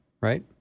right